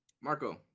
marco